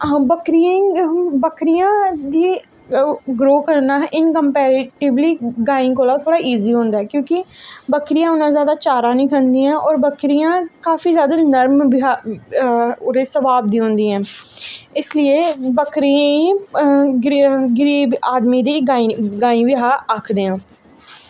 अस बक्करियें दी बक्करियां गी गौ कन्नै अस इन्कम्पैरिटीवली गाएं कोला थोह्ड़ा ईज़ी होंदी ऐ क्योंकि बक्करियां उन्ना चारा निं खंदियां होर बक्करियां काफी जादा नर्म विहा ओह्दे स्वभाव दियां होंदियां न इसलिए बक्करियें गी गरी गरीब आदमी दी गाईं गाईं बी अस आखदे आं